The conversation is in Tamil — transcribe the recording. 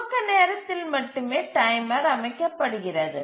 துவக்க நேரத்தில் மட்டுமே டைமர் அமைக்கப்படுகிறது